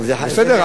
שיחוקק חוק,